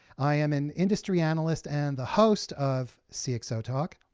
i am an industry analyst and the host of cxotalk,